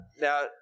Now